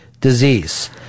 disease